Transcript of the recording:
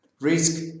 Risk